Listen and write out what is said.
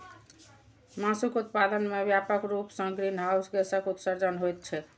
मासुक उत्पादन मे व्यापक रूप सं ग्रीनहाउस गैसक उत्सर्जन होइत छैक